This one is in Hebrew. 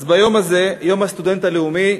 אז ביום הזה, יום הסטודנט הלאומי,